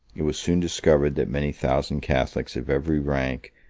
it was soon discovered, that many thousand catholics of every rank,